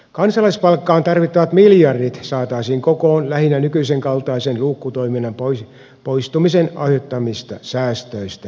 kansalaispalkkaan tarvittavat miljardit saataisiin kokoon lähinnä nykyisen kaltaisen luukkutoiminnan poistumisen aiheuttamista säästöistä